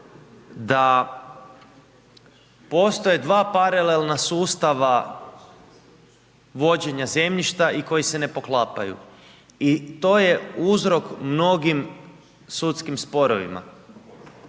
da postoje dva paralelna sustava vođenja zemljišta i koji se ne poklapaju. I to je uzrok mnogim sudskim sporovima.